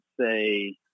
say